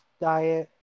diet